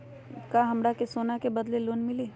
का हमरा के सोना के बदले लोन मिलि?